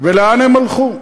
ולאן הם הלכו?